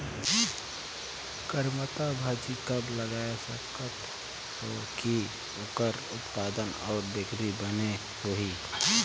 करमत्ता भाजी कब लगाय सकत हो कि ओकर उत्पादन अउ बिक्री बने होही?